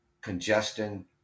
congestion